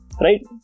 right